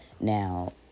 Now